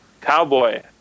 Cowboy